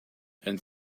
and